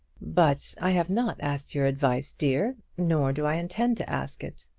but i have not asked your advice, dear nor do i intend to ask it.